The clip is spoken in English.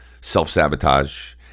self-sabotage